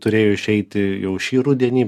turėjo išeiti jau šį rudenį